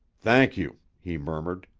thank you, he murmured.